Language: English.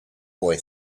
boy